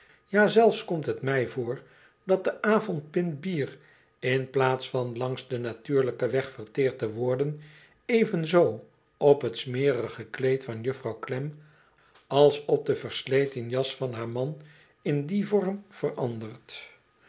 ja zelfs komt het mij voor dat de avondpint bier in plaats van langs den natuurlijken weg verteerd te worden evenzoo op t smerige kleed van juffrouw klem als op de versleten jas van haar man in dien vorm verandert